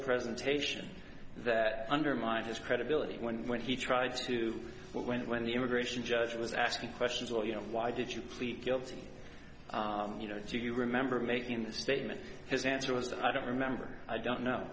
presentation that undermined his credibility when he tried to when when the immigration judge was asking questions well you know why did you plead guilty you know if you remember making the statement his answer was that i don't remember i don't know